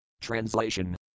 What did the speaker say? Translation